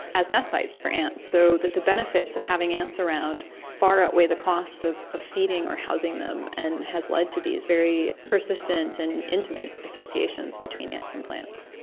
as nest sites for ants, so the benefits of having ants around far outweigh the costs of of feeding or housing them, and has led to these very persistent and intimate associations between ants and plants.